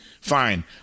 Fine